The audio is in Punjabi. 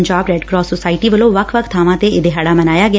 ਪੰਜਾਬ ਰੈੱਡ ਕਰਾਸ ਸੁਸਾਇਟੀ ਵੱਲੋ ਵੱਖ ਬਾਵਾਂ ਤੇ ਇਹ ਦਿਹਾੜਾ ਮਨਾਇਆ ਗਿਆ